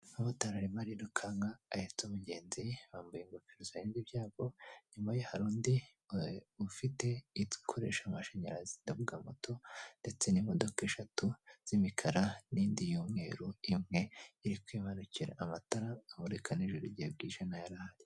Ubamotariri arimo arirukanka ahetse umugenzi, bambaye ingofero zibarinda byago, inyuma ye hari undi ufite ikoresha amashanyarazi, ndavuga moto, ndetse n'imodoka eshatu z'imikara n'indi y'umweru, imwe iri kwibarukira, amatara amurika n'ijoro igihe bwije ntayar'ahari.